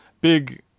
big